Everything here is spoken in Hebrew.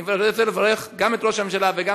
אני רוצה לברך גם את ראש הממשלה וגם